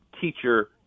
teacher